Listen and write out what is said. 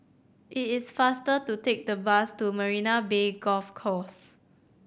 it is faster to take the bus to Marina Bay Golf Course